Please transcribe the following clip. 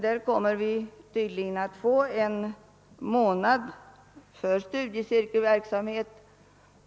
Där kommer vi tydligen att få en månad för studiecirkelverksamhet.